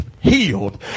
healed